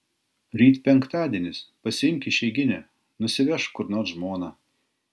ryt penktadienis pasiimk išeiginę nusivežk kur nors žmoną